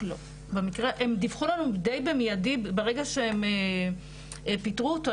הם דיווחו לנו די במיידי וברגע שהם פיטרו אותו,